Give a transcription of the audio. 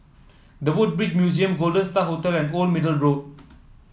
The Woodbridge Museum Golden Star Hotel and Old Middle Road